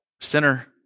Sinner